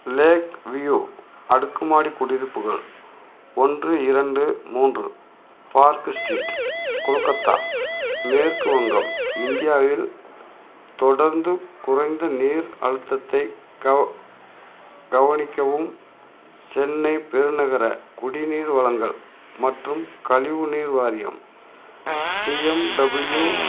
lakh view அடுக்குமாடி குடியிருப்புகள் ஒன்று இரண்டு மூன்று பார்க்கு ஸ்ட்ரீட் கொல்கத்தா மேற்கு வங்கம் இந்தியாவில் தொடர்ந்து குறைந்த நீர் அழுத்தத்தைக் கவ் கவனிக்கவும் சென்னை பெருநகர குடிநீர் வழங்கல் மற்றும் கழிவுநீர் வாரியம் சிஎம்டபிள்யூ